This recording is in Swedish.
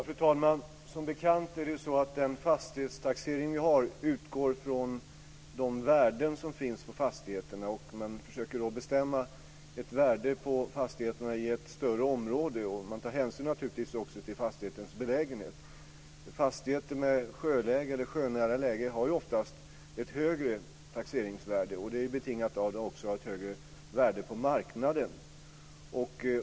Fru talman! Som bekant utgår den fastighetstaxering som vi har från de värden som finns på fastigheterna. Man försöker bestämma ett värde på fastigheterna i ett större område. Man tar naturligtvis också hänsyn till fastigheternas belägenhet. Fastigheter med sjöläge eller sjönära läge har oftast ett högre taxeringsvärde. Det är också betingat av att de har ett högre värde på marknaden.